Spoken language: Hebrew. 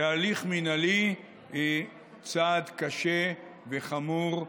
בהליך מינהלי, היא צעד קשה וחמור שבעתיים.